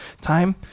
time